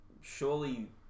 surely